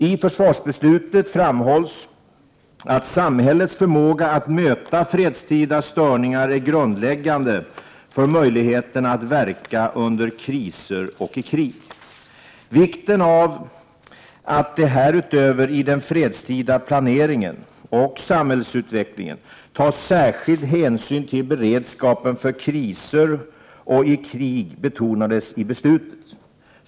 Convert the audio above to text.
I försvarsbeslutet framhålls att samhällets förmåga att möta fredstida störningar är grundläggande för möjligheterna att verka under kriser och i krig. Vikten av att det härutöver i den fredstida planeringen och samhällsutvecklingen tas särskild hänsyn till beredskapen för kriser och i krig betonades i beslutet.